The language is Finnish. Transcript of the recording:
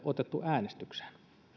otettu äänestykseen